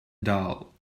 dull